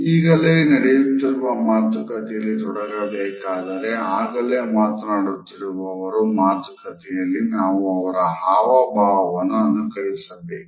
ಆಗಲೇ ನಡೆಯುತ್ತಿರುವ ಮಾತುಕತೆಯಲ್ಲಿ ತೊಡಗಬೇಕಾದರೆ ಆಗಲೇ ಮಾತನಾಡುತ್ತಿರುವವರ ಮಾತುಕತೆಯಲ್ಲಿ ನಾವು ಅವರ ಹಾವಭಾವವನ್ನು ಅನುಕರಿಸಬೇಕು